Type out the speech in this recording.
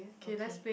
okay